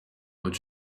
but